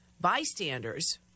bystanders